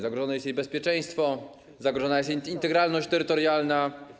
Zagrożone jest jej bezpieczeństwo, zagrożona jest jej integralność terytorialna.